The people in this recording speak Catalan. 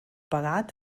pagat